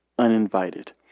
Uninvited